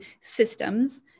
systems